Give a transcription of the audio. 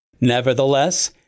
Nevertheless